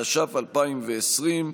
התש"ף 2020,